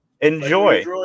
Enjoy